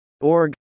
Org